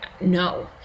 no